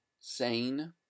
sane